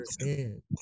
understand